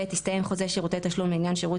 הסתיים חוזה שירותי תשלום לעניין שירות